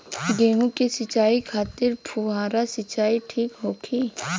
गेहूँ के सिंचाई खातिर फुहारा सिंचाई ठीक होखि?